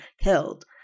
killed